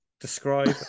describe